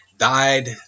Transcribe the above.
died